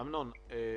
אמנון,